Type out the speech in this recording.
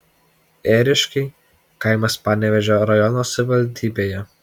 ėriškiai kaimas panevėžio rajono savivaldybėje